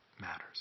matters